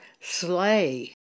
slay